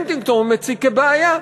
הנטינגטון מציג כבעיה.